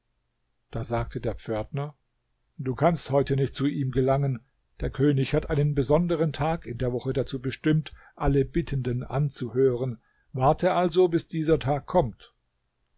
da sagte der pförtner du kannst heute nicht zu ihm gelangen der könig hat einen besonderen tag in der woche dazu bestimmt alle bittenden anzuhören warte also bis dieser tag kommt